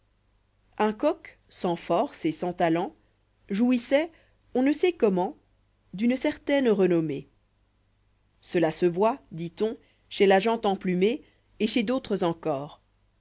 un coq ans force et sans talent jouissoit on ne sait comment d'une certaine renommée cela se voit dit-on chez la gent effiplumée et chez d'autres encore